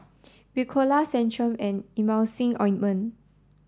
Ricola Centrum and Emulsying Ointment